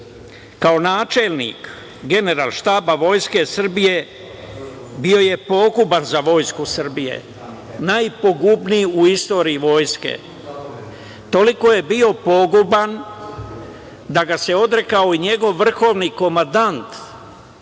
Kao načelnik Generalštaba Vojske Srbije, bio je poguban za Vojsku Srbije, najpogubniji u istoriji Vojske. Toliko je bio poguban da ga se odrekao i njegov vrhovni komandant